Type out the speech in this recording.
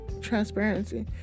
transparency